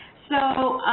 so,